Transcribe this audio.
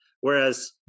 whereas